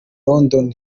london